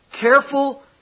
careful